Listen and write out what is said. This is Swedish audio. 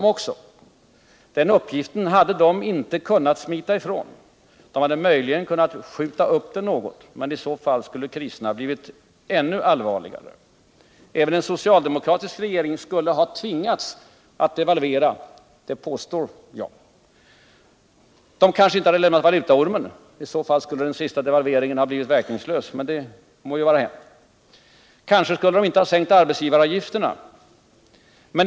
Den uppgiften hade de inte kunnat smita ifrån. De hade möjligen kunnat skjuta upp den något, men i så fall skulle kriserna ha blivit ännu allvarligare. Även en socialdemokratisk regering skulle ha tvingats att devalvera — det påstår jag. Man kanske inte hade lämnat valutaormen. I så fall skulle den sista devalveringen ha blivit verkningslös. Kanske skulle man inte ha sänkt arbetsgivaravgifterna.